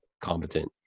competent